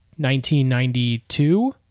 1992